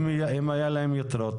אם נשארו יתרות,